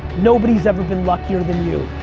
nobody's ever been luckier than you.